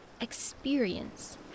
experience